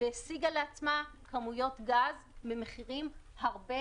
והשיגה לעצמה כמויות גז במחירים הרבה